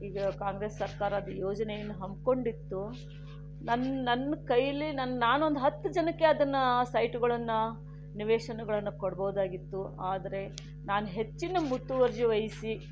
ಈಗ ಕಾಂಗ್ರೆಸ್ ಸರ್ಕಾರ ಅದು ಯೋಜನೆಯನ್ನು ಹಮ್ಮಿಕೊಂಡಿತ್ತು ನನ್ ನನ್ನ ಕೈಯಲ್ಲಿ ನನ್ ನಾನೊಂದು ಹತ್ತು ಜನಕ್ಕೆ ಅದನ್ನು ಸೈಟುಗಳನ್ನು ನಿವೇಶನಗಳನ್ನು ಕೊಡ್ಬೋದಾಗಿತ್ತು ಆದರೆ ನಾನು ಹೆಚ್ಚಿನ ಮುತುವರ್ಜಿ ವಹಿಸಿ